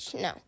No